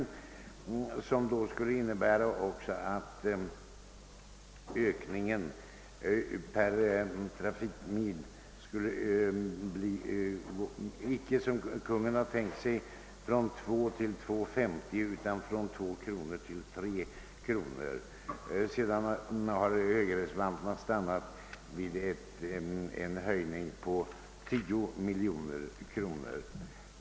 Ökningen per vagnmil bidragsgrundande trafikarbete skulle enligt reservationen icke bli, såsom Kungl. Maj:t föreslår, från 2 kronor till 2:50 kronor utan från 2 kronor till 3 kronor. Högerreservanterna har för sin del stannat för en höjning till 10 miljoner kronor.